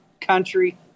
country